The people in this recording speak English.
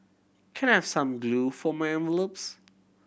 can I have some glue for my envelopes